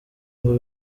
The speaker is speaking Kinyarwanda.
ngo